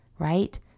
right